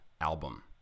album